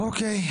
אוקיי.